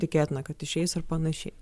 tikėtina kad išeis ir panašiai